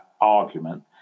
argument